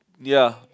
ya